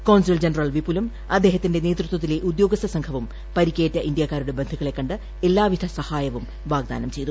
consul general വിപുലും അദ്ദേഹത്തിന്റെ നേതൃത്വത്തിലെ ഉദ്യോഗസ്ഥ സംഘവും പരിക്കേറ്റ ഇന്ത്യാക്കാരുടെ ബന്ധുക്കളെ കണ്ട് എല്ലാവിധ സഹായവും വാഗ്ദാനം ചെയ്തു